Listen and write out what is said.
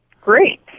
Great